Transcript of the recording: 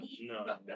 No